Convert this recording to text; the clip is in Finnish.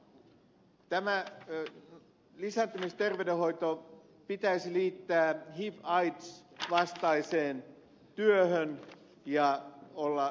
tämä lisääntymisterveydenhoito pitäisi liittää hiv ja aids vastaiseen työhön ja olla sen osana